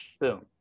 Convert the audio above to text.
boom